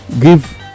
give